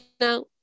No